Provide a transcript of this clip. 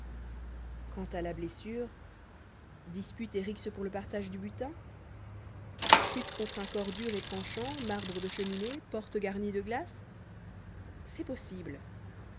quant à la blessure dispute et rixe pour le partage du butin chute contre un corps dur et tranchant marbre de cheminée porte garnie de glaces c'est possible